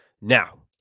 Now